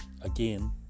again